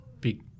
big